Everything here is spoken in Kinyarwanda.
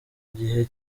gihe